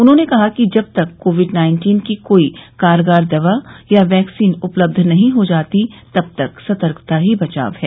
उन्होंने कहा कि जब तक कोविड नाइन्टीन की कोई कारगर दवा या वैक्सीन उपलब्ध नहीं हो जाती तब तक सतर्कता ही बचाव है